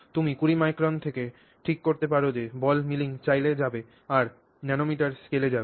তুমি 20 মাইক্রন থেকে ঠিক করতে পার যে বল মিলিং চালিয়ে যাবে আর ন্যানোমিটার স্কেলে যাবে